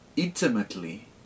intimately